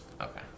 Okay